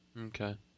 Okay